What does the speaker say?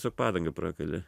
su padanga prakalė